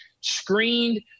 screened